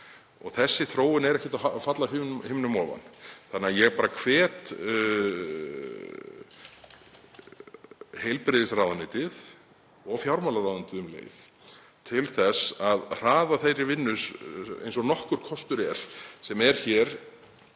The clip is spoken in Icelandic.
Þessi þróun fellur ekkert af himnum ofan þannig að ég hvet heilbrigðisráðuneytið og fjármálaráðuneytið um leið til þess að hraða þeirri vinnu eins og nokkur kostur er sem er hér